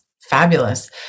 fabulous